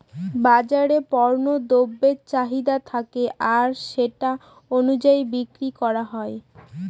বাজারে পণ্য দ্রব্যের চাহিদা থাকে আর সেটা অনুযায়ী বিক্রি করা হয়